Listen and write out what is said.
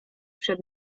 przed